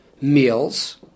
meals